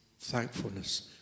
thankfulness